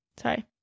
sorry